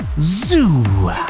Zoo